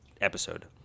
episode